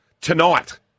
Tonight